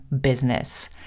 business